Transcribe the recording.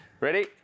Ready